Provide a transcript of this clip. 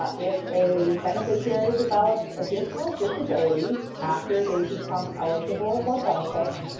ah if a beneficiary develops additional disabilities after they become eligible for benefits,